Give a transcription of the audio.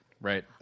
Right